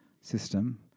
system